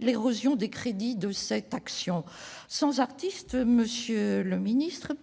l'érosion des crédits de cette action se poursuit. Sans artiste, monsieur le ministre,